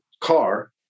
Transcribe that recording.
car